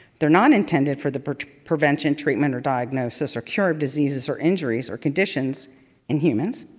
they're not intended for the prevention, treatment or diagnosis or cure of diseases or injuries or conditions in humans.